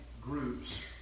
groups